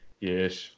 Yes